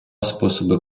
способи